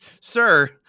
sir